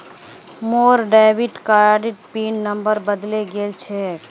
मोर डेबिट कार्डेर pin number बदले गेल छेक